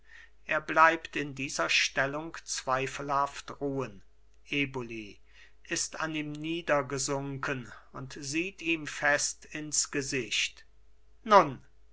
er bleibt in dieser stellung zweifelhaft ruhen eboli ist an ihm niedergesunken und sieht ihm fest ins gesicht nun